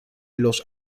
los